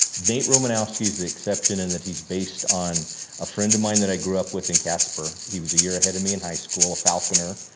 the romanowski is the exception and that he's based on a friend of mine that i grew up with in casper. he was a year ahead of me in high school, a falconer.